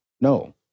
no